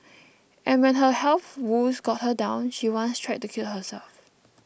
and when her health woes got her down she once tried to kill herself